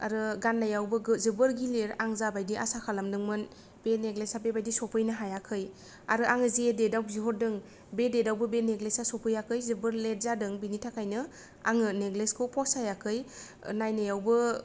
आरो गाननायावबो जोबोर गिलिर आं जा बायदि आसा खालामदोंमोन बे नेक्लेसआ बेबायदि सौफैनो हायाखै आर आं जे डेटआव बिहरदों बे डेटआवबो बे नेकलेसआ सौफैयाखै जोबोर लेट जादों बेनिथाखायनो आङो नेक्लेसखौ फसाइयाखै नायनायावबो